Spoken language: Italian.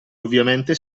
ovviamente